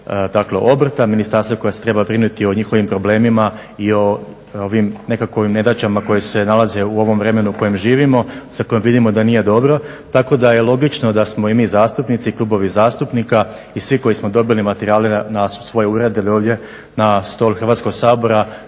dakle obrta, ministarstvo koje se treba brinuti o njihovim problemima i o ovim nekakvim nedaćama koje se nalaze u ovom vremenu kojem živimo za koje vidimo da nije dobro. Tako da je logično da smo i mi zastupnici i klubovi zastupnika i svi koji smo dobili materijale na svoje urede ili ovdje na stol Hrvatskoga sabora